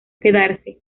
quedarse